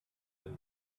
and